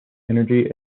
energy